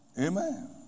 Amen